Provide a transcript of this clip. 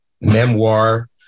memoir